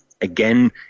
again